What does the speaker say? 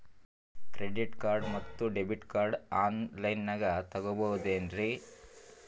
Credit card ಮತ್ತು debit card on ಲೈನಾಗ್ ತಗೋಬಹುದೇನ್ರಿ?